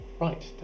Right